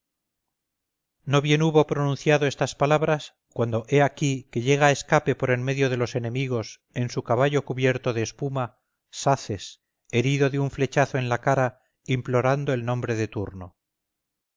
no bien hubo pronunciado estas palabras cuando he aquí que llega a escape por en medio de los enemigos en su caballo cubierto de espuma saces herido de un flechazo en la cara implorando el nombre de turno